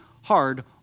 hard